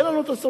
אין לנו סמכות.